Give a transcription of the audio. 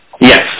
Yes